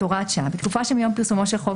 הוראת שעה בתקופה שמיום פרסומו של חוק